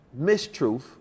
mistruth